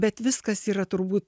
bet viskas yra turbūt